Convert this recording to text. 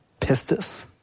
pistis